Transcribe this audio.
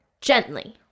Gently